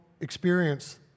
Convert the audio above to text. experience